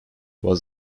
was